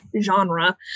genre